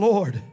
Lord